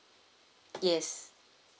yes